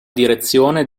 direzione